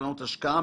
קרנות השקעה,